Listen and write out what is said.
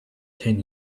ten